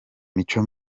mico